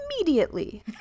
immediately